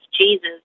Jesus